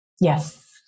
Yes